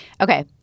Okay